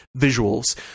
visuals